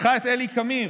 לקחה את אלי קמיר,